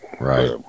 Right